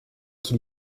qui